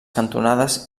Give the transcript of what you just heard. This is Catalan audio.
cantonades